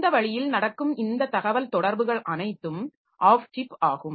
அந்த வழியில் நடக்கும் இந்த தகவல்தொடர்புகள் அனைத்தும் ஆஃப் சிப் ஆகும்